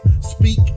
speak